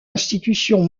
institution